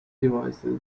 devices